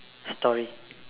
story